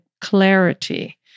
clarity